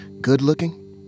good-looking